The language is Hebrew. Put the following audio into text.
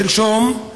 שלשום.